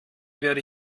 werde